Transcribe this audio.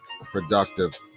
productive